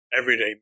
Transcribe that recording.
everyday